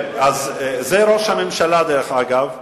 זה ראש הממשלה, דרך אגב,